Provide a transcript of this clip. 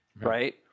Right